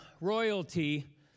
royalty